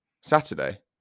Saturday